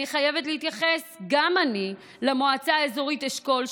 אני חייבת להתייחס גם אני למועצה האזורית אשכול.